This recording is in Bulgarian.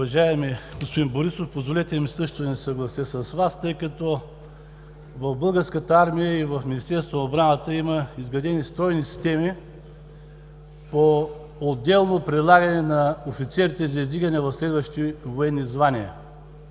Уважаеми господин Борисов, позволете ми също да не се съглася с Вас, тъй като в Българската армия и в Министерството на отбраната има изградени стройни системи по отделно предлагане на офицерите за издигане в следващите военни звания,